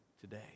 today